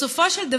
בסופו של דבר,